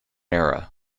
era